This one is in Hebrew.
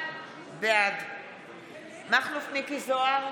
בעד מכלוף מיקי זוהר,